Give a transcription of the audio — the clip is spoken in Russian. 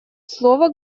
слово